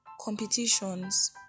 competitions